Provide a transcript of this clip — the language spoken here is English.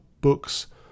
books